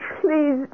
Please